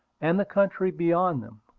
and the country beyond them.